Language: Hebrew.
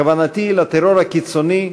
כוונתי לטרור הקיצוני,